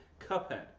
Cuphead